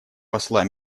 посла